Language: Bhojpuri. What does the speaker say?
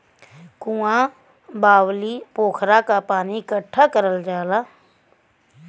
कुँआ, बाउली, पोखरा क पानी इकट्ठा करल जाला